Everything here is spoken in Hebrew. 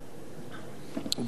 היושבת-ראש,